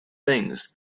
things